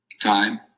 time